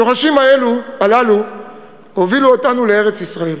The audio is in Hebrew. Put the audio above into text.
השורשים הללו הובילו אותנו אל ארץ-ישראל